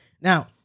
Now